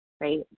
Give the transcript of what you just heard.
right